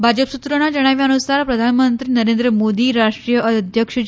ભાજપ સૂત્રોના જણાવ્યા અનુસાર પ્રધાનમંત્રી નરેન્દ્ર મોદી રાષ્ટ્રીય અધ્યક્ષ જે